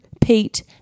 Pete